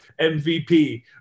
MVP